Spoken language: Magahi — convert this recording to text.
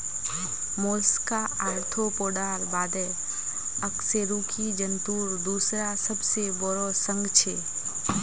मोलस्का आर्थ्रोपोडार बादे अकशेरुकी जंतुर दूसरा सबसे बोरो संघ छे